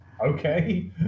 Okay